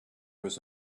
was